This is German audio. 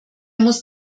muss